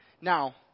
Now